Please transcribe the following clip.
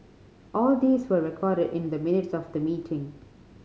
all these were recorded in the minutes of the meeting